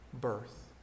birth